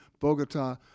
Bogota